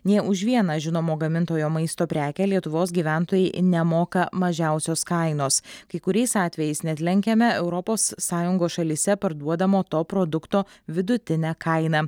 nė už vieną žinomo gamintojo maisto prekę lietuvos gyventojai nemoka mažiausios kainos kai kuriais atvejais net lenkiame europos sąjungos šalyse parduodamo to produkto vidutinę kainą